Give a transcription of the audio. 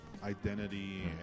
identity